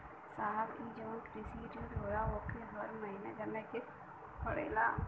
साहब ई जवन कृषि ऋण होला ओके हर महिना जमा करे के पणेला का?